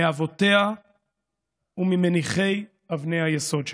מאבותיה וממניחי אבני היסוד שלה.